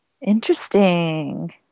Interesting